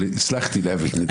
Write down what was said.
אבל הצלחתי להבין.